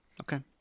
Okay